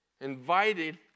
invited